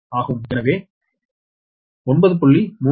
எனவே அது 9